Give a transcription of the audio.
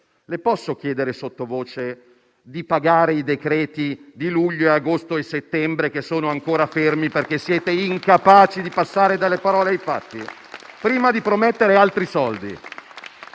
le posso chiedere sottovoce di pagare i decreti di luglio, agosto, e settembre, che sono ancora fermi perché siete incapaci di passare dalle parole ai fatti? Prima di promettere altri soldi,